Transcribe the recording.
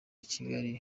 kigali